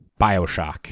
Bioshock